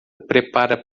prepara